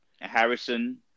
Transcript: Harrison